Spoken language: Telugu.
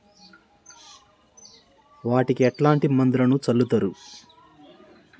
వాటికి ఎట్లాంటి మందులను చల్లుతరు?